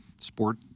sport